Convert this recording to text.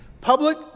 public